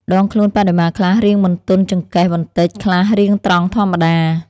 ដងខ្លួនបដិមាខ្លះរាងបន្ទន់ចង្កេះបន្តិច ខ្លះរាងត្រង់ធម្មតា។